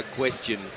question